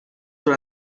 oder